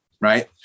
right